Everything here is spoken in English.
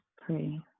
pray